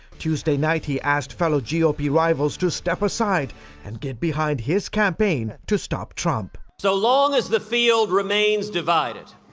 tuesday night he asked fellow g o p. rivals to step aside and get behind his campaign to stop trump. as so long as the field remains divided,